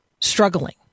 struggling